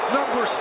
Number